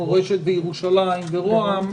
מורשת וירושלים וראש הממשלה,